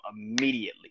immediately